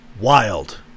wild